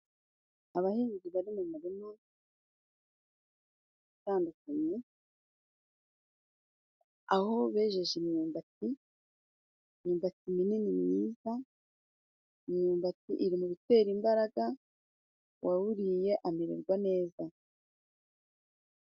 Abahinzi bari mu mirima itandukanye, aho bejeje imyumbati, imyumbati minini myiza, imyumbati iri mu bitera imbaraga, uwawuriye amererwa neza.